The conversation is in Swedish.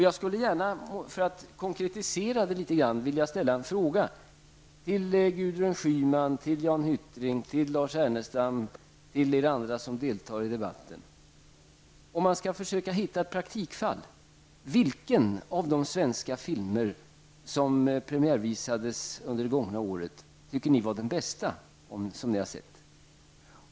Jag skulle, för att konkretisera frågan litet, vilja ställa en fråga till Gudrun Schyman, Jan Hyttring, Lars Ernestam och andra som deltagit i debatten: Vilken av de svenska filmer som premiärvisades under det gångna året tycker ni var den bästa som ni har sett?